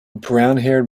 brownhaired